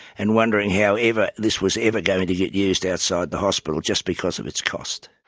and wondering however this was ever going to get used outside the hospital, just because of its cost.